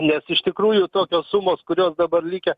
nes iš tikrųjų tokios sumos kurios dabar likę